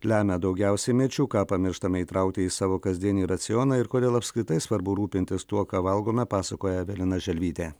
lemia daugiausiai mirčių ką pamirštame įtraukti į savo kasdienį racioną ir kodėl apskritai svarbu rūpintis tuo ką valgome pasakoja evelina želvytė